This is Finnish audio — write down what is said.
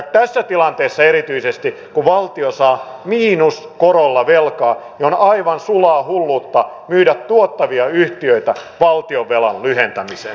tässä tilanteessa erityisesti kun valtio saa miinuskorolla velkaa on aivan sulaa hulluutta myydä tuottavia yhtiöitä valtionvelan lyhentämiseen